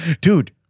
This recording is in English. dude